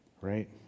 Right